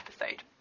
episode